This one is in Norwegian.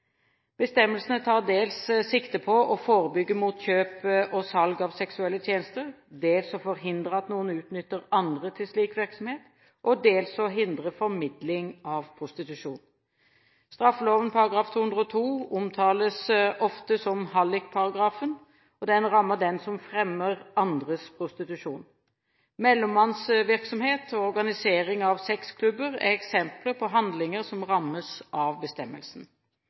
Bestemmelsene tar dels sikte på å forebygge kjøp og salg av seksuelle tjenester, dels å forhindre at noen utnytter andre til slik virksomhet, og dels å hindre formidling av prostitusjon. Straffeloven § 202 omtales ofte som hallikparagrafen, og den rammer den som fremmer andres prostitusjon. Mellommannsvirksomhet og organisering av sex-klubber er eksempler på handlinger som rammes av bestemmelsen.